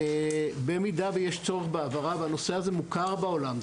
במידה ויש צורך בהעברה והנושא הזה מוכר בעולם,